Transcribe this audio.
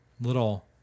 little